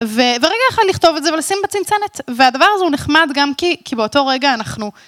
ו... ורגע אחד לכתוב את זה, ולשים בצנצנת. והדבר הזה הוא נחמד גם כי... כי באותו רגע אנחנו...